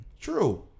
True